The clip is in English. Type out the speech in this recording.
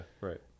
Right